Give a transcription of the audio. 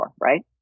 right